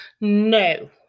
No